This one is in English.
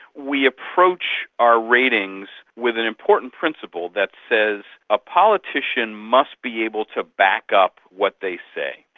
we approach our ratings with an important principle that says a politician must be able to back up what they say,